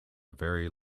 very